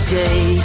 day